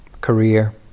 career